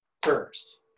first